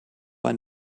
ein